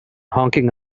honking